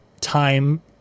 time